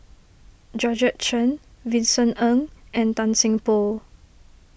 Georgette Chen Vincent Ng and Tan Seng Poh